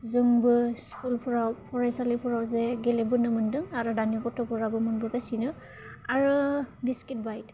जोंबो स्कुलफ्राव फरायसालिफोराव जे गेलेबोनो मोनदों आरो दानि गथ'फोराबो मोनबोगासिनो आरो बिस्किट बाइट